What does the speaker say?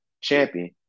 champion